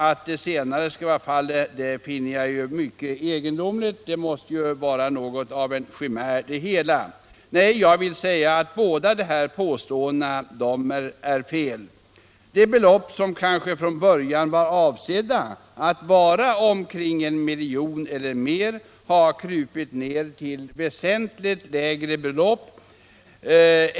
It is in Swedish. Att det senare skulle vara fallet finner jag mycket egendomligt, det måste vara en chimär. Nej, jag vill säga att båda dessa påståenden är felaktiga. De belopp som kanske från början var avsedda att vara omkring 1 miljon eller mer har krupit ned till väsentligt lägre belopp.